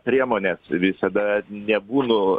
priemones visada nebūnu